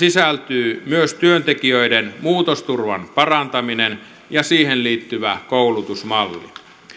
sisältyy myös työntekijöiden muutosturvan parantaminen ja siihen liittyvä koulutusmalli